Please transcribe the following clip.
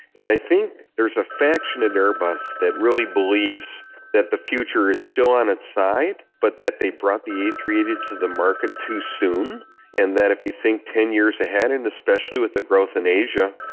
and i think there's a faction in airbus that really believes that the future is still on its side but that they brought the a three eight zero to the market too soon and that if you think ten years ahead and especially with the growth in asia,